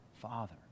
Father